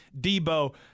debo